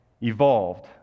evolved